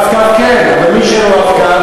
ב"רב-קו" כן, אבל מי שאין לו "רב-קו",